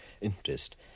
interest